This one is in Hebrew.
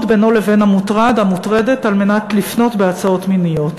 בינו לבין המוטרד או המוטרדת כדי לפנות בהצעות מיניות.